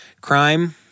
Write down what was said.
crime